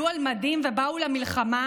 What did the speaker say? עלו על מדים ובאו למלחמה,